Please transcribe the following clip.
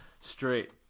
straight